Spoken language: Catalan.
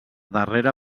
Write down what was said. darrera